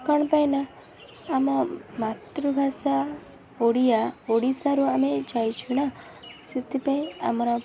କ'ଣ ପାଇଁ ନା ଆମ ମାତୃଭାଷା ଓଡ଼ିଆ ଓଡ଼ିଶାରୁ ଆମେ ଯାଇଛୁ ନା ସେଥିପାଇଁ ଆମର